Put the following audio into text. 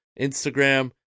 Instagram